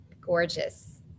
gorgeous